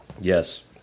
Yes